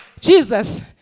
Jesus